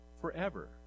forever